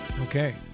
okay